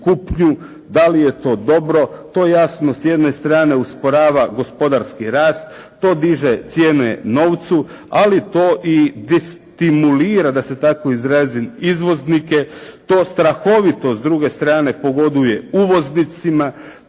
da li je to dobro, to jasno s jedne strane usporava gospodarski rast, to diže cijene novcu ali to i destimulira, da se tako izrazim, izvoznike, to strahovito s druge strane pogoduje uvoznicima,